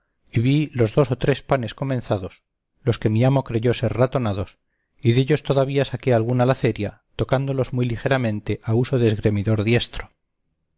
vi los dos o tres panes comenzados los que mi amo creyó ser ratonados y dellos todavía saqué alguna laceria tocándolos muy ligeramente a uso de esgremidor diestro